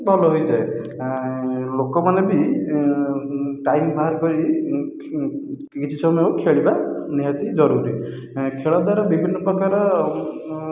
ଭଲ ହୋଇଥାଏ ଲୋକମାନେ ବି ଟାଇମ ବାହାର କରି କିଛି ସମୟ ଖେଳିବା ନିହାତି ଜରୁରୀ ଖେଳ ଦ୍ୱାରା ବିଭିନ୍ନ ପ୍ରକାର